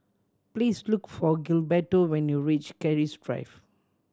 please look for Gilberto when you reach Keris Drive